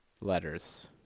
Letters